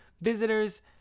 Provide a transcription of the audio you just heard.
visitors